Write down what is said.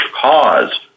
cause